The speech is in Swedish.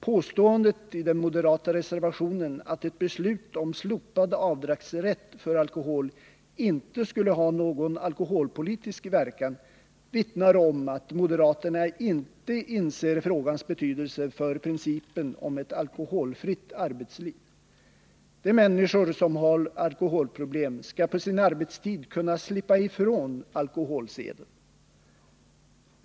Påståendet i den moderata reservationen, att ett beslut om slopad avdragsrätt för alkohol inte skulle ha någon alkoholpolitisk verkan, vittnar om att moderaterna inte inser frågans betydelse för principen om ett alkoholfritt arbetsliv. De människor som har alkoholproblem skall på sin arbetstid kunna slippa från alkoholseden.